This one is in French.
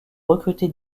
recrutés